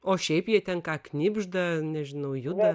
o šiaip jie ten ką knibžda nežinau juda